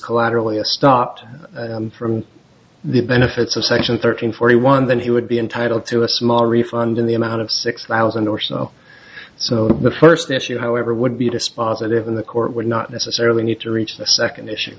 collaterally a stopped from the benefits of section thirteen forty one then he would be entitled to a small refund in the amount of six thousand or so so the first issue however would be dispositive in the court would not necessarily need to reach the second issue